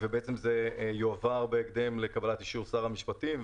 וזה יועבר בהקדם לקבלת אישור שר המשפטים,